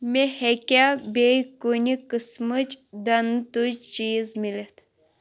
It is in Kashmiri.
مےٚ ہیٚکیٛاہ بییٚہِ کُنہِ قٕسمٕچ دنٛد تُج چیٖز مِلِتھ